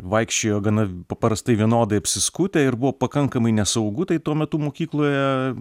vaikščiojo gana paprastai vienodai apsiskutę ir buvo pakankamai nesaugu tai tuo metu mokykloje